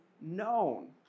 known